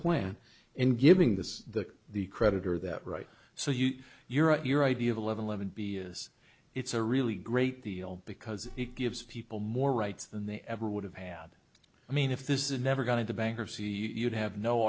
plan and giving the the creditor that right so yeah you're right your idea of eleven eleven b is it's a really great deal because it gives people more rights than they ever would have had i mean if this is never going to bankruptcy you'd have no